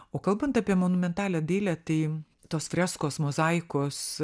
o kalbant apie monumentalią dailę tai tos freskos mozaikos